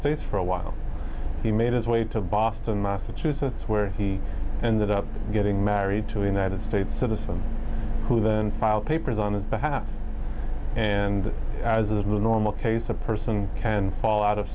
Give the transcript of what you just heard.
states for a while he made his way to boston massachusetts where he ended up getting married to the united states citizen who then filed papers on his behalf and as a normal case a person can fall out of